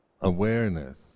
awareness